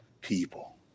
people